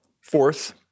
Fourth